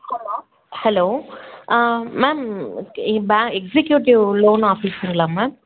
hello hello ma'am இது pay executive loan ஆஃபீஸ்ஸுங்களா ma'am